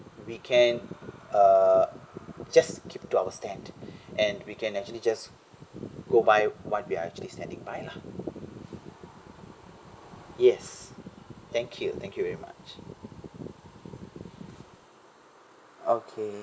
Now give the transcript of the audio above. we can uh just keep to our stand and we can actually just go by what we actually standing by lah yes thank you thank you very much okay